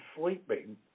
sleeping